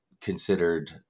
considered